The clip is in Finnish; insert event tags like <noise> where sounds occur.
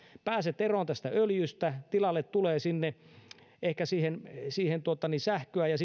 pääset eroon öljystä ja tilalle tulee ehkä sähköä ja <unintelligible>